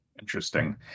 Interesting